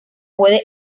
puede